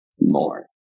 more